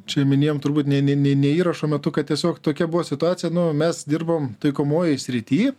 čia minėjom turbūt ne ne ne ne įrašo metu kad tiesiog tokia buvo situacija nu mes dirbom taikomojoj srity